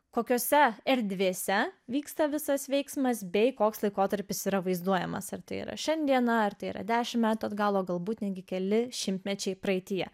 kokiose erdvėse vyksta visas veiksmas bei koks laikotarpis yra vaizduojamas ar tai yra šiandiena ar tai yra dešimt metų atgal o galbūt netgi keli šimtmečiai praeityje